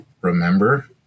remember